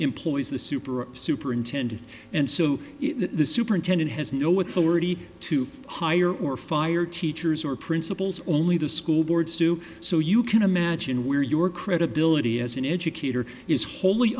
employees the super superintendent and so the superintendent has no authority to hire or fire teachers or principals only the school boards do so you can imagine where your credibility as an educator is whol